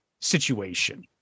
situation